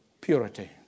purity